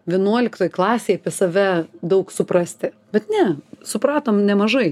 vienuoliktoj klasėj save daug suprasti bet ne supratom nemažai